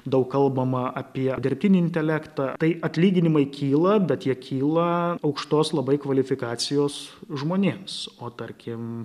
daug kalbama apie dirbtinį intelektą tai atlyginimai kyla bet jie kyla aukštos labai kvalifikacijos žmonėms o tarkim